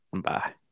Bye